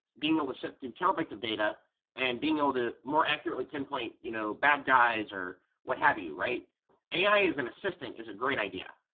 being able to sift through terabytes of data and being able to more accurately pinpoint you know bad guys, or what have you, right? so ai as an assistant is a great idea.